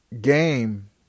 game